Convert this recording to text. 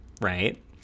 right